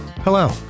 hello